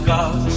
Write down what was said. God